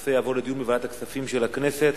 הנושא יעבור לדיון בוועדת הכספים של הכנסת.